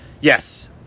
Yes